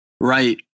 Right